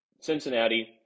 Cincinnati